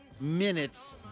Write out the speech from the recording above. minutes